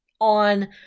on